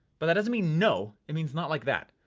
but that doesn't mean no, it means not like that.